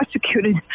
prosecuted